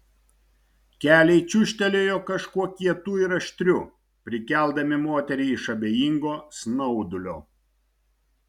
keliai čiūžtelėjo kažkuo kietu ir aštriu prikeldami moterį iš abejingo snaudulio